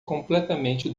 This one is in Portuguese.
completamente